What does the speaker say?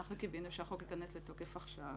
קיווינו שהחוק ייכנס לתוקף עכשיו.